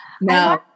No